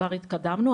כבר התקדמנו.